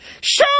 show